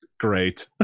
great